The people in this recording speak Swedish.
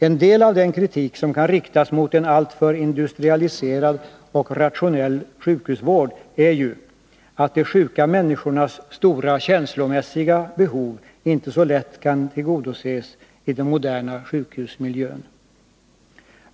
En del av den kritik som kan riktas mot en alltför industrialiserad och rationell sjukhusvård är ju att de sjuka människornas stora känslomässiga behov inte så lätt kan tillgodoses i den moderna sjukhusmiljön.